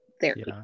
therapy